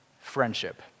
Friendship